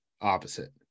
opposite